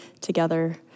together